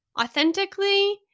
authentically